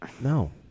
No